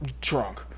drunk